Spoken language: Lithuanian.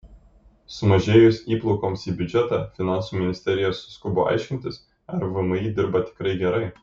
sumažėjus įplaukoms į biudžetą finansų ministerija suskubo aiškintis ar vmi dirba tikrai gerai